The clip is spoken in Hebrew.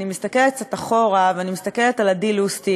אני מסתכלת קצת אחורה, ואני מסתכלת על עדי לוסטיג,